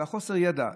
וחוסר הידע,